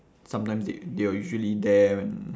sometimes they they are usually there when